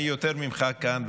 אני יותר ממך כאן,